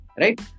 Right